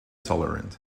tolerant